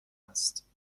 است